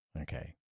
Okay